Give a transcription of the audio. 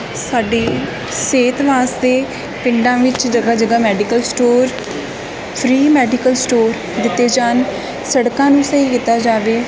ਸਾਡੀ ਸਿਹਤ ਵਾਸਤੇ ਪਿੰਡਾਂ ਵਿੱਚ ਜਗ੍ਹਾ ਜਗ੍ਹਾ medical store free medical store ਦਿੱਤੇ ਜਾਨ ਸੜਕਾਂ ਨੂੰ ਸਹੀ ਕੀਤਾ ਜਾਵੇ